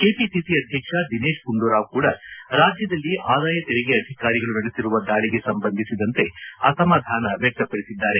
KPCC ಅಧ್ಯಕ್ಷ ದಿನೇಶ್ ಗುಂಡೂರಾವ್ ಕೂಡ ರಾಜ್ಯದಲ್ಲಿ ಆದಾಯ ತೆರಿಗೆ ಅಧಿಕಾರಿಗಳು ನಡೆಸಿರುವ ದಾಳಿಗೆ ಸಂಬಂಧಿಸಿದಂತೆ ಅಸಮಾಧಾನ ವ್ಯಕ್ತಪಡಿಸಿದ್ದಾರೆ